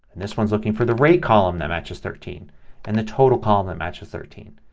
this one is looking for the rate column that matches thirteen and the total column that matches thirteen.